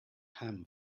ham